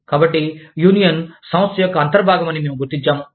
కాబట్టి యూనియన్ సంస్థ యొక్క అంతర్భాగమని మేము గుర్తించాము